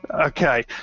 Okay